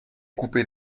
couper